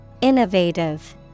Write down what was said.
Innovative